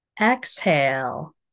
exhale